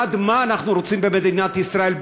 בעד מה שאנחנו רוצים במדינת ישראל,